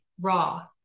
raw